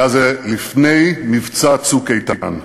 היה זה לפני מבצע "צוק איתן".